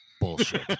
Bullshit